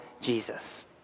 Jesus